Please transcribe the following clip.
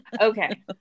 okay